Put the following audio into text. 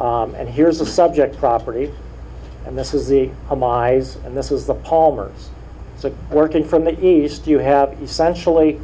and here's the subjects property and this is the a my and this is the palmers so working from the east you have essentially